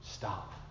Stop